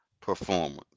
performance